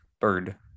bird